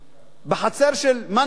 בחצר של מאן דהוא,